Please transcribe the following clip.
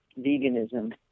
veganism